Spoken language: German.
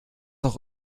auch